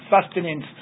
sustenance